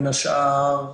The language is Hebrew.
בין השאר,